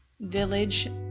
village